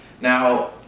now